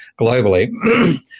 globally